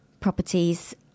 properties